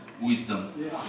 wisdom